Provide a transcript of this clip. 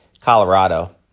Colorado